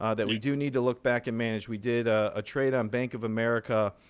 ah that we do need to look back and manage. we did a trade on bank of america,